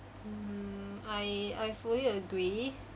mm I I fully agree